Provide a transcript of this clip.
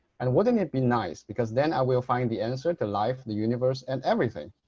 and wouldn't it be nice because then i will find the answer to life, the universe and everything.